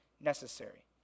necessary